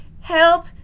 help